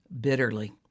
bitterly